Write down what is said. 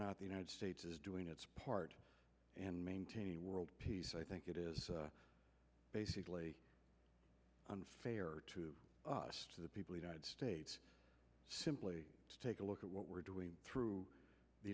not the united states is doing its part and maintaining world peace i think it is basically unfair to us to the people united states simply to take a look at what we're doing through the